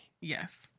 Yes